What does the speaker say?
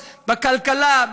בכלכלה,